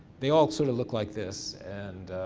they all sort of look like this and